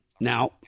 Now